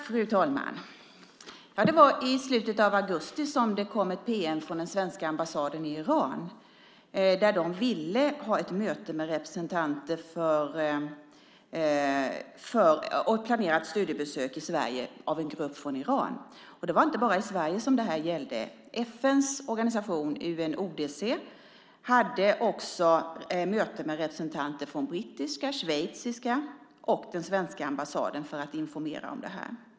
Fru talman! Det var i slutet av augusti som det kom ett pm från den svenska ambassaden i Iran. De ville ha ett möte med representanter och planera ett studiebesök i Sverige av en grupp från Iran. Det var inte bara Sverige som det här gällde. FN:s organisation UNODC hade också möte med representanter från brittiska, schweiziska och svenska ambassaderna för att informera om detta.